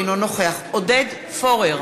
אינו נוכח עודד פורר,